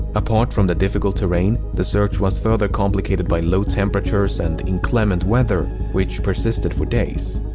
apart from the difficult terrain, the search was further complicated by low temperatures and inclement weather which persisted for days.